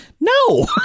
no